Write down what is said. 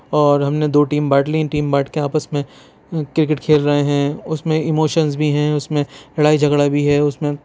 اور ہم نے دو ٹیم بانٹ لی اِن ٹیم بانٹ کے آپس میں کرکٹ کھیل رہے ہیں اُس میں ایموشنز بھی ہیں اُس میں لڑائی جھگڑا بھی ہے اُس میں